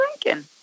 drinking